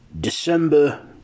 December